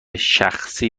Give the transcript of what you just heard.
شخصی